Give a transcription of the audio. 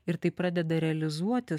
ir tai pradeda realizuotis